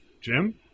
Jim